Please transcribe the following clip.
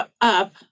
up